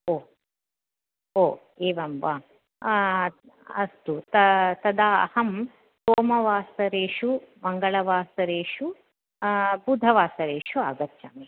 हो हो एवं वा अस्तु तदा अहं सोमवासरेषु मङ्गलवासरेषु बुधवासरेषु आगच्छामि